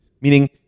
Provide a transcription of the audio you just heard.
Meaning